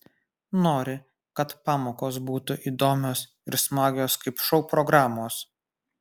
nori kad pamokos būtų įdomios ir smagios kaip šou programos